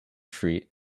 street